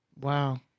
Wow